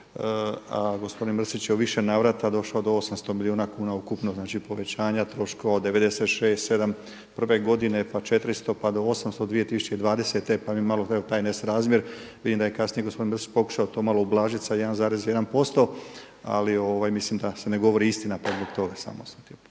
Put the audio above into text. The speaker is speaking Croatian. a gospodin Mrsić je u više navrata došao do 800 milijuna kuna ukupno, znači povećanja troškova od 96, sedam. Prve godine pa 400, pa do 800 2020. Pa mi evo malo taj nesrazmjer vidim da je kasnije gospodin Mrsić pokušao to malo ublažiti sa 1,1%. Ali mislim da se ne govori istina pa zbog toga samo sam htio.